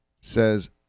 says